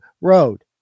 Road